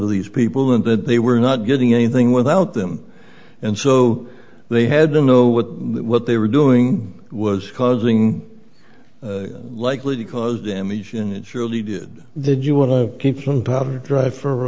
to these people and that they were not getting anything without them and so they had to know what that what they were doing was causing likely to cause damage and it surely did did you want to keep some powder dry for